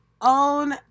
own